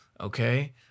Okay